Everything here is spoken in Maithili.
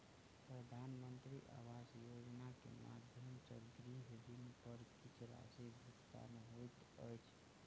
प्रधानमंत्री आवास योजना के माध्यम सॅ गृह ऋण पर किछ राशि भुगतान होइत अछि